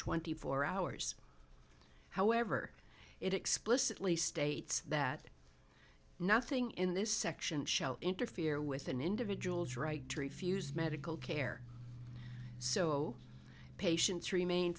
twenty four hours however it explicitly states that nothing in this section shall interfere with an individual's right to refuse medical care so patients remain